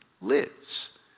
lives